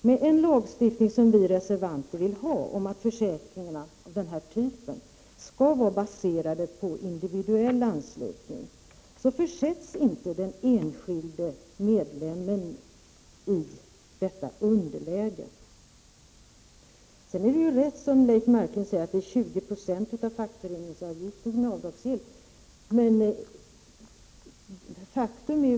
Med en sådan lagstiftning som vi reservanter vill ha, innebärande att försäkringar av denna typ skall vara baserade på individuell anslutning, försätts inte den enskilde medlemmen i detta underläge. Det är rätt som Leif Marklund säger att det är 20 90 av fackföreningsavgiften som är avdragsgill.